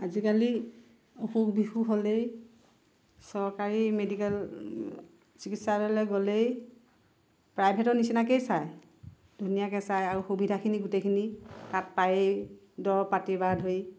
আজিকলি অসুখ বিসুখ হ'লেই চৰকাৰী মেডিকেল চিকিৎসালয়লৈ গ'লেই প্ৰাইভেটৰ নিচিনাকৈ চাই ধুনীয়াকৈ চাই আৰু সুবিধাখিনি গোটেইখিনি তাত পায়েই দৰৱ পাতিৰ পৰা ধৰি